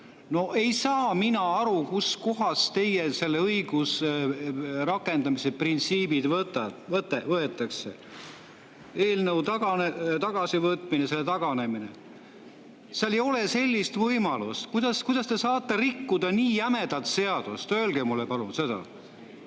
No ei saa mina aru, kust kohast selle õiguse rakendamise printsiibid võetakse. Eelnõu tagasivõtmine, sellest taganemine – seal ei ole sellist võimalust. Kuidas te saate nii jämedalt seadust rikkuda? Öelge mulle palun seda,